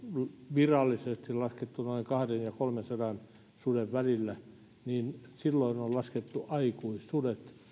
virallisesti laskettu olevan noin kahdensadan viiva kolmensadan suden välillä ja silloin on laskettu aikuissudet